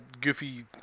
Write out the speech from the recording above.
goofy